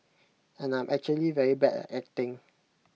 and I'm actually very bad at acting